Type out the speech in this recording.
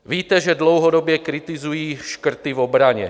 Víte, že dlouhodobě kritizuji škrty v obraně.